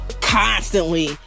constantly